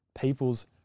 people's